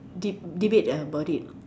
de~ debate about it